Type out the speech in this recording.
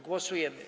Głosujemy.